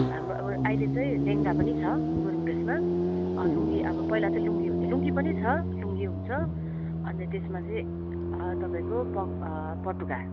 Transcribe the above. हाम्रो अब अहिले चाहिँ लेङ्गा पनि छ गुरुङ ड्रेसमा लुङ्गी अब पहिला चाहिँ लुङ्गी हुन्थ्यो लुङ्गी पनि छ लुङ्गी हुन्छ अनि त त्यसमा चाहिँ तपाईँको प पटुका